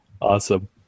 Awesome